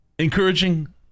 Encouraging